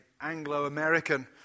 Anglo-American